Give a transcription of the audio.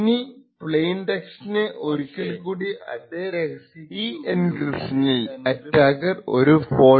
ഇനി ഈ പ്ലെയിൻ ടെക്സ്റ്റിനെ ഒരിക്കൽ കൂടി അതേ രഹസ്യ കീ ഉപയോഗിച്ച് എൻക്രിപ്റ്റ് ചെയ്യുന്നു